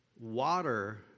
Water